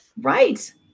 right